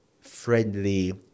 friendly